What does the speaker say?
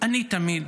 שמהיום